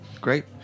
Great